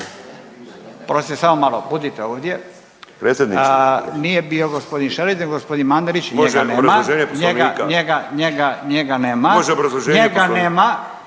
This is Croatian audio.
Oprostite samo malo, budite ovdje. Nije bio gospodin Šarić, nego gospodin Mandarić. Njega nema. …/Upadica